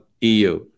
EU